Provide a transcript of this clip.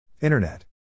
Internet